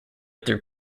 through